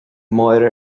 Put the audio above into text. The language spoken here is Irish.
máire